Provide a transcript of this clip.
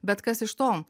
bet kas iš to